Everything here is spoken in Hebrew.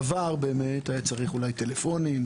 בעבר באמת היה צריך אולי טלפונים,